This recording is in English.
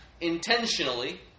intentionally